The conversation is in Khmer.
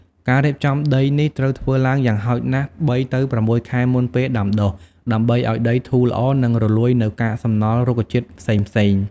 ការរៀបចំដីនេះត្រូវធ្វើឡើងយ៉ាងហោចណាស់ ៣ ទៅ ៦ ខែមុនពេលដាំដុះ ដើម្បីឱ្យដីធូរល្អ និងរលួយនូវកាកសំណល់រុក្ខជាតិផ្សេងៗ។